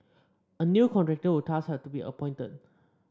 a new contractor would thus have to be appointed